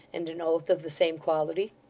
and an oath of the same quality.